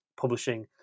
publishing